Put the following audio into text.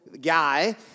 guy